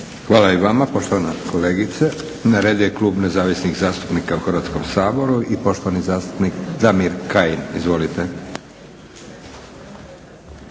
Hvala i vama poštovana kolegice. Na redu je Klub nezavisnih zastupnika u Hrvatskom saboru i poštovani zastupnik Damir Kajin. Izvolite.